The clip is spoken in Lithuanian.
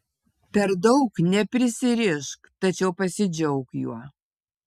per daug neprisirišk tačiau pasidžiauk juo